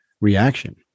reaction